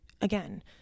again